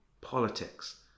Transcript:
politics